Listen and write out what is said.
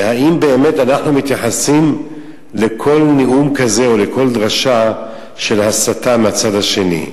והאם באמת אנחנו מתייחסים לכל נאום כזה או לכל דרשה של הסתה מהצד השני.